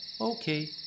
okay